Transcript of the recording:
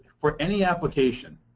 for any application,